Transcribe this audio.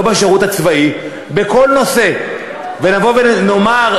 לא בשירות הצבאי, בכל נושא, ונבוא ונאמר,